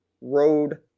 road